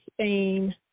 Spain